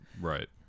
Right